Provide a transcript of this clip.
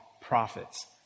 prophets